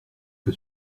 que